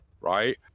right